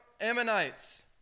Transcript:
Ammonites